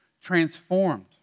transformed